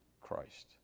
Christ